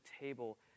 table